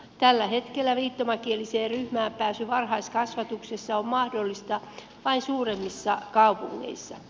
tällä hetkellä viittomakieliseen ryhmään pääsy varhaiskasvatuksessa on mahdollista vain suuremmissa kaupungeissa